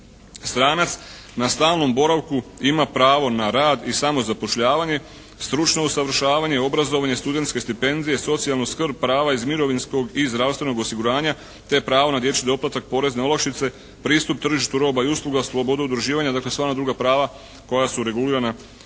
Stranac na stalnom boravku ima pravo na rad i samozapošljavanje, stručno usavršavanje i obrazovanje studentske stipendije, socijalnu skrb, prava iz mirovinskog i zdravstvenog osiguranja te pravo na dječji doplatak, porezne olakšice, pristup tržištu roba i usluga, slobodu udruživanja, dakle sva ona druga prava koja su regulirana